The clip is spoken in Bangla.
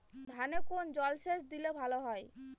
ধানে কোন জলসেচ দিলে ভাল হয়?